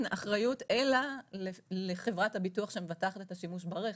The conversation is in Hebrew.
אחריות אלא לחברת הביטוח שמבטחת את השימוש ברכב.